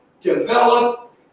develop